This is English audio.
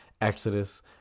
Exodus